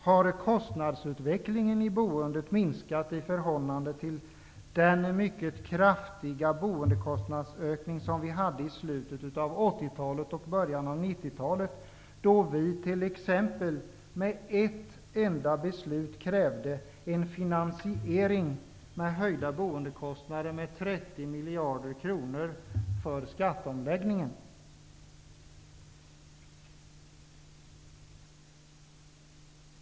Har kostnadsutvecklingen i boendet minskat i förhållande till den mycket kraftiga boendekostnadsökning som vi hade i slutet av 80 talet och början av 90-talet, då vi t.ex. med ett enda beslut krävde en höjning av boendekostnaderna med 30 miljarder för finansieringen av skatteomläggningen?